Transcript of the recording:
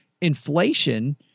inflation